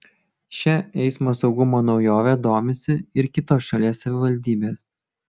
šia eismo saugumo naujove domisi ir kitos šalies savivaldybės